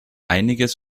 einiges